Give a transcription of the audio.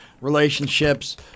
relationships